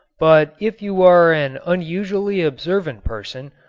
but if you are an unusually observant person,